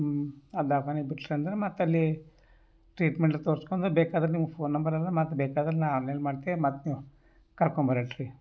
ಅದು ದಾವಾಖಾನಿ ಬಿಟ್ಟರಂದ್ರ ಮತ್ತಲ್ಲಿ ಟ್ರೀಟ್ಮೆಂಟ್ ತೋರಿಸ್ಕೊಂಡು ಬೇಕಾದರೆ ನಿಮ್ಗೆ ಫೋನ್ ನಂಬರ್ ಅದ ಮತ್ತು ಬೇಕಾದ್ರೆ ನಾನು ಆನ್ಲೈನ್ ಮಾಡ್ತೆ ಮತ್ತು ನೀವು ಕರ್ಕೊಂಡ್ಬರೋಂತ್ರಿ